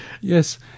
Yes